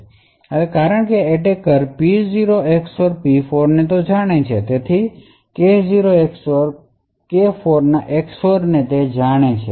હવે કારણ કે એટેકર P0 XOR P4 ને જાણે છે તેથી તે K0 XOR K4 ના XOR ને જાણે છે